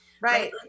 Right